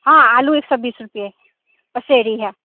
हाँ आलू एक सौ बीस रुपए पसेरी है